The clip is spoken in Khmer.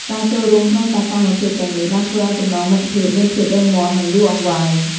ការចូលរួមក្នុងសកម្មភាពទាំងនេះបានធ្វើឱ្យចំណងមិត្តភាពមានភាពរឹងមាំនិងយូរអង្វែង។